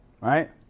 Right